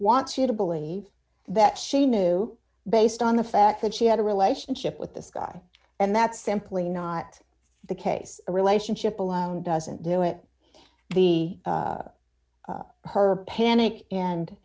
wants you to believe that she knew based on the fact that she had a relationship with this guy and that's simply not the case the relationship alone doesn't do it the her panic and